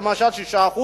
6%,